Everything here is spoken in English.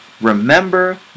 Remember